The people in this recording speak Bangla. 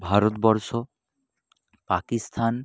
ভারতবর্ষ পাকিস্থান